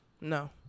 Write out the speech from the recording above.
No